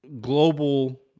global